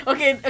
Okay